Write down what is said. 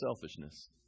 selfishness